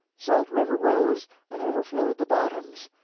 salt river rose and overflowed the bottoms.